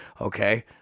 Okay